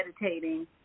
meditating